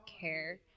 care